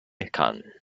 khan